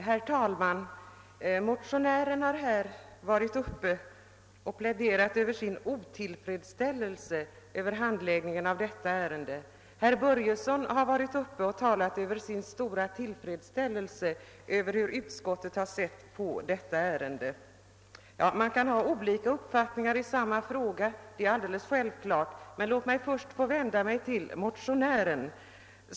Herr talman! Motionären har här tillkännagivit sin otillfredsställelse med handläggningen av detta ärende, medan herr Börjesson i Falköping har talat om sin stora tillfredsställelse med utskottets syn på saken. Man kan ju också ha olika uppfattningar i en fråga — det är självklart.